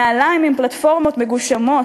נעליים עם פלטפורמות מגושמות,